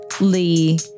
Lee